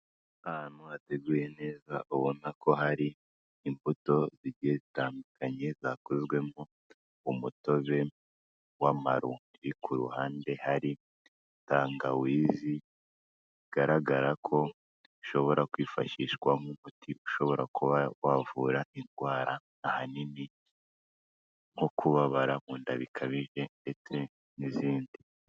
Ahantu hateguye neza ubona ko hari imbuto zigiye zitandukanye zakozwemo umutobe w'amaronji, ku ruhande hari tangawizi, bigaragara ko bishobora kwifashishwa nk'umuti ushobora kuba wavura indwara ahanini nko kubabara mu nda bikabije ndetse n'izindi.